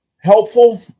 helpful